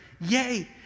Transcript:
yay